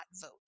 vote